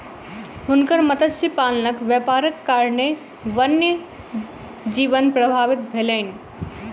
हुनकर मत्स्य पालनक व्यापारक कारणेँ वन्य जीवन प्रभावित भेलैन